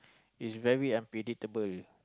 is very unpredictable